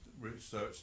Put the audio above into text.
research